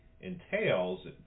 entails